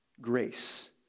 Grace